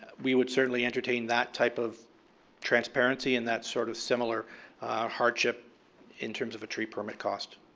we would certainly entertain that type of transparency and that sort of similar hardship in terms of a tree permit cost.